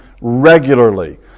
regularly